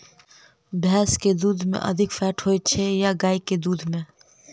भैंस केँ दुध मे अधिक फैट होइ छैय या गाय केँ दुध में?